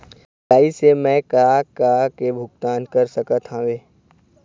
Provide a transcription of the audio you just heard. UPI से मैं का का के भुगतान कर सकत हावे?